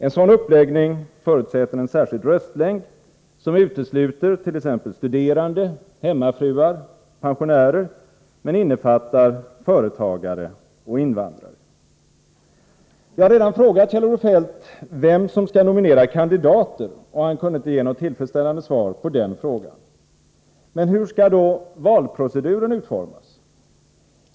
En sådan uppläggning förutsätter en särskild röstlängd, som utesluter t.ex. studerande, hemmafruar och pensionärer, men innefattar företagare och invandrare. Jag har redan frågat Kjell-Olof Feldt vem som skall nominera kandidater, och han kunde inte ge något tillfredsställande svar på den frågan. Men hur skall då valproceduren utformas?